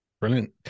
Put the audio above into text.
Brilliant